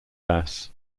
bass